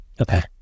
Okay